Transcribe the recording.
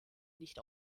nicht